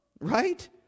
Right